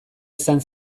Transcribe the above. izan